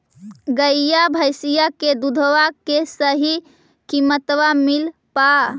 गईया भैसिया के दूधबा के सही किमतबा मिल पा?